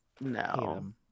no